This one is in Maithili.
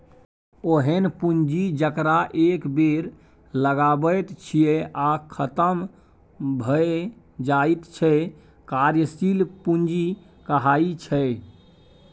ओहेन पुंजी जकरा एक बेर लगाबैत छियै आ खतम भए जाइत छै कार्यशील पूंजी कहाइ छै